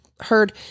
heard